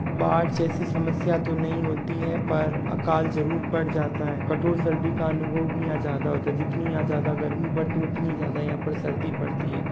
बाढ़ जैसी समस्या तो नहीं होती है पर अकाल ज़रूर पड़ जाता है कठोर सर्दी का अनुभव भी यहाँ ज़्यादा होता है जितनी यहाँ ज़्यादा गर्मी पड़ती है उतनी ज़्यादा यहाँ पर सर्दी पड़ती है